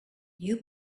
you